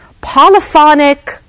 polyphonic